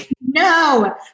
No